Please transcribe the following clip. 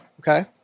Okay